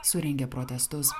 surengė protestus